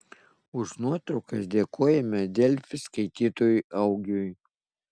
už nuotraukas dėkojame delfi skaitytojui augiui